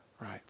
right